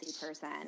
person